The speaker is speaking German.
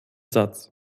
satz